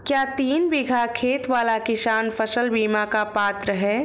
क्या तीन बीघा खेत वाला किसान फसल बीमा का पात्र हैं?